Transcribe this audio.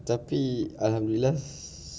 tapi alhamdulillah